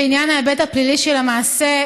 בעניין ההיבט הפלילי של המעשה,